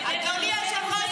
--- אדוני היושב-ראש,